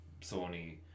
Sony